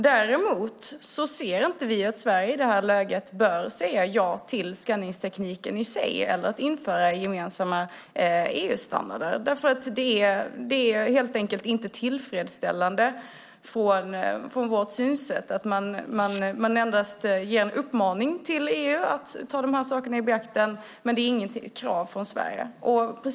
Däremot ser vi inte att Sverige i det här läget bör säga ja till skanningstekniken i sig eller till att införa gemensamma EU-standarder, därför att det helt enkelt inte är tillfredsställande enligt vårt synsätt att man endast ger en uppmaning till EU att ta de här sakerna i beaktande, men det är inget krav från Sverige.